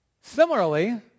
Similarly